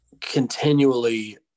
continually